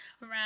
Right